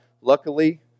Luckily